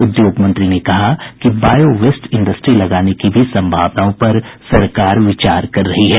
उद्योग मंत्री ने कहा कि बायोवेस्ट इंडस्ट्री लगाने की भी संभावनाओं पर सरकार विचार कर रही है